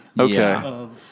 Okay